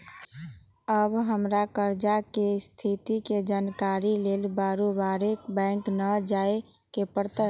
अब हमरा कर्जा के स्थिति के जानकारी लेल बारोबारे बैंक न जाय के परत्